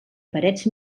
parets